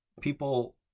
people